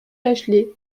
bachelay